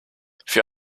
für